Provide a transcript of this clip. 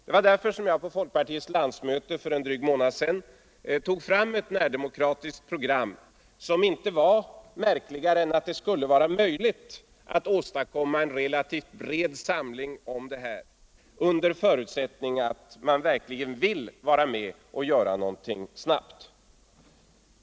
Det var av det skälet som jag på folkpartiets landsmöte för en dryg månad sedan lade fram ett närdemokratiskt program, som inte var märkligare än att det skulle vara möjligt att åstadkomma en relativt bred samling kring det, under förutsättning att man verkligen vill vara med och göra någonting snabbt.